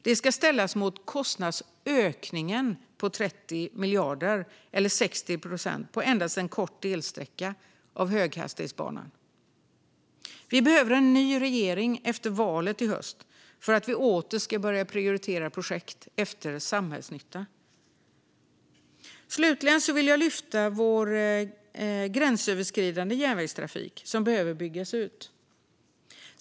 Det ska ställas mot kostnadsökningen på 30 miljarder, eller 60 procent, på endast en kort delsträcka av höghastighetsbanan. Vi behöver en ny regering efter valet i höst för att vi åter ska börja prioritera projekt efter samhällsnytta. Slutligen vill jag lyfta fram vår gränsöverskridande järnvägstrafik, som behöver byggas ut.